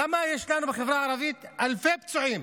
למה יש לנו בחברה הערבית אלפי פצועים,